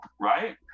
right